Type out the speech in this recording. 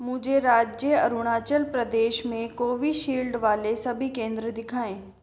मुझे राज्य अरुणाचल प्रदेश में कोविशील्ड वाले सभी केंद्र दिखाएँ